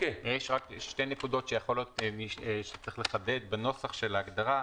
יש שתי נקודות שצריך לחדד בנוסח ההגדרה.